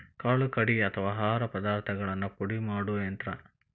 ಕಾಳು ಕಡಿ ಅಥವಾ ಆಹಾರ ಪದಾರ್ಥಗಳನ್ನ ಪುಡಿ ಮಾಡು ಯಂತ್ರ